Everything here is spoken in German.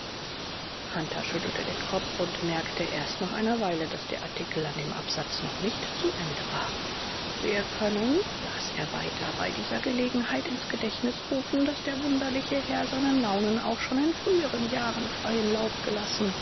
schüttelte den kopf und merkte erst nach einer weile daß der artikel an dem absatz noch nicht zu ende war wir können las er weiter bei dieser gelegenheit ins gedächtnis rufen daß der wunderliche herr seinen launen auch schon in früheren jahren freien lauf gelassen